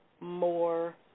more